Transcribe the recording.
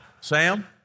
Sam